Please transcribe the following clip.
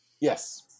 yes